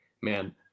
man